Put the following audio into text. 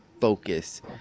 focus